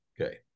Okay